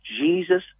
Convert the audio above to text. Jesus